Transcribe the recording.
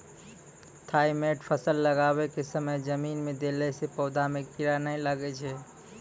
Thimet फ़सल लगाबै के समय जमीन मे देला से पौधा मे कीड़ा नैय लागै छै?